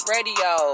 Radio